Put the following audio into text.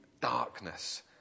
darkness